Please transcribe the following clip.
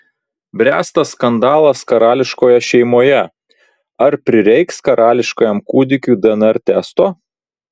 bręsta skandalas karališkoje šeimoje ar prireiks karališkajam kūdikiui dnr testo